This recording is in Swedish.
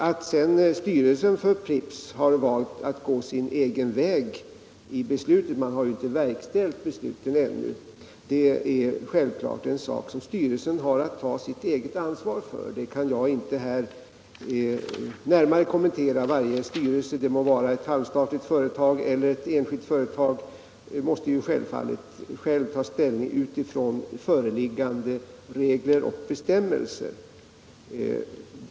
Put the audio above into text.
Att styrelsen för Pripps har valt att gå sin egen väg — man har inte verkställt beslutet ännu — måste den naturligtvis själv ta ansvar för. Varje styrelse, det må vara för ett halvstatligt eller för ett enskilt företag, måste givetvis ta ställning utifrån föreliggande regler och bestämmelser.